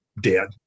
dead